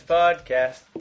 podcast